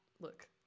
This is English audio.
Look